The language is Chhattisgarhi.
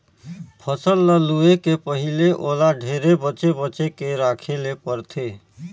फसल ल लूए के पहिले ओला ढेरे बचे बचे के राखे ले परथे